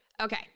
Okay